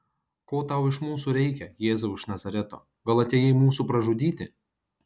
ko tau iš mūsų reikia jėzau iš nazareto gal atėjai mūsų pražudyti